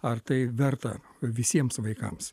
ar tai verta visiems vaikams